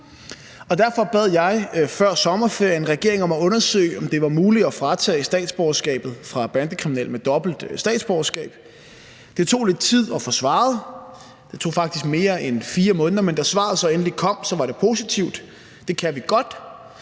Derfor bad jeg før sommerferien regeringen om at undersøge, om det var muligt at fratage bandekriminelle med dobbelt statsborgerskab statsborgerskabet. Det tog lidt tid at få svaret, det tog faktisk mere end 4 måneder, men da svaret så endelig kom, var det positivt. Det sagde,